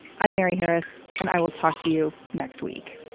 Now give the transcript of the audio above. i'm mary harris and i will talk to you next week